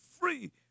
free